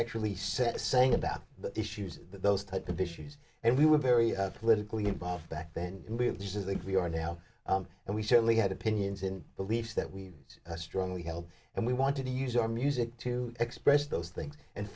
actually said a saying about the issues those type of issues and we were very politically involved back then and we were just like we are now and we certainly had opinions and beliefs that we strongly held and we wanted to use our music to express those things and